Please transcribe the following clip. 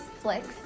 Flicks